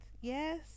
yes